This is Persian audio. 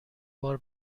بار